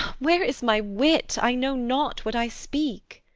where is my wit? i know not what i speak.